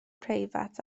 preifat